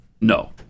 no